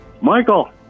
Michael